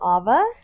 Ava